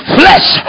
flesh